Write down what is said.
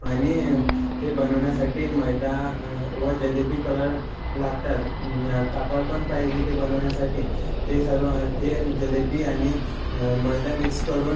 आणि ते बनवण्यासाठी मैदा व जिलेबी कलर लागतात कापडपण पाहिजे ते बनवण्यासाठी ते सर्व ते जलेबी आणि मैदा मिक्स करून